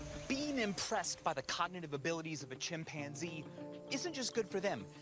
being impressed by the cognitive abilities of a chimpanzee isn't just good for them,